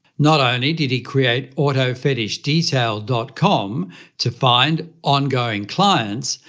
not only did he create autofetishdetail dot com to find ongoing clients,